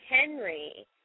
Henry